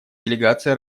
делегация